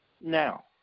now